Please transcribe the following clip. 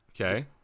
Okay